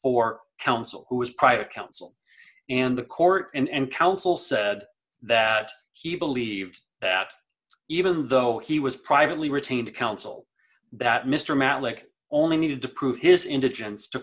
or counsel who was private counsel and the court and counsel said that he believed that even though he was privately retained counsel that mr malik only needed to prove his indigents to